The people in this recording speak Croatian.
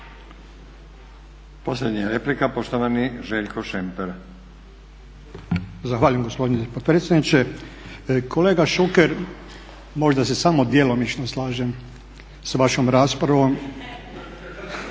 Posljednja replika, poštovani Željko Šemper. **Šemper, Željko (HSU)** Zahvaljujem gospodine potpredsjedniče. Kolega Šuker možda se samo djelomično slažem s vašom raspravom,